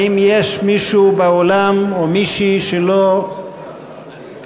האם יש מישהו באולם או מישהי שלא השתתף,